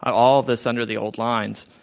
all of this under the old lines.